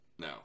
No